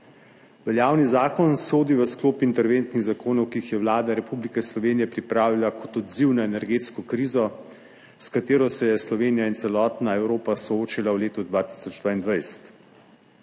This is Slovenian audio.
Veljavni zakon sodi v sklop interventnih zakonov, ki jih je Vlada Republike Slovenije pripravila kot odziv na energetsko krizo, s katero se je Slovenija in celotna Evropa soočila v letu 2022.